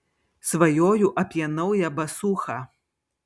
svajoju apie naują basūchą